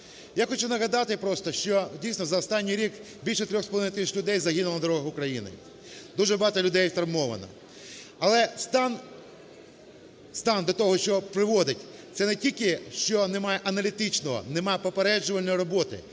Я хочу нагадати просто, що дійсно за останній рік більше 3,5 тисяч людей загинуло на дорогах України, дуже багато людей травмовано. Але стан… стан, до того, що приводить, це не тільки, що немає аналітичної… немає попереджувальної роботи,